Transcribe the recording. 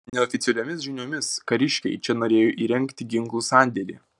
neoficialiomis žiniomis kariškiai čia norėjo įrengti ginklų sandėlį